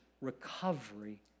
recovery